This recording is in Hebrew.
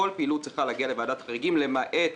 כל פעילות צריכה להגיע לוועדת החריגים, למעט